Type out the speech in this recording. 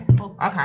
Okay